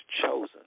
chosen